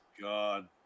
god